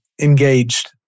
engaged